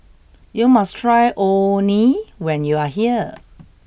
you must try Orh Nee when you are here